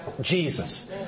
Jesus